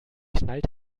knallt